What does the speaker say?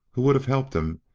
who would helped him,